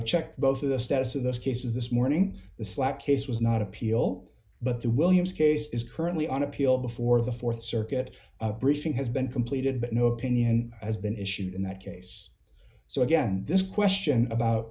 checked both of the status of those cases this morning the slap case was not appeal but the williams case is currently on appeal before the th circuit briefing has been completed but no opinion has been issued in that case so again this question about